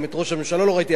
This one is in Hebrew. גם את ראש הממשלה לא ראיתי,